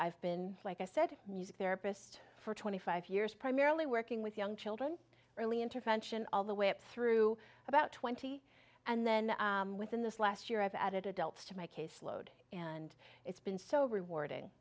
i've been like i said music therapist for twenty five years primarily working with young children early intervention all the way up through about twenty and then within this last year i've added adults to my caseload and it's been so rewarding